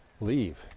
leave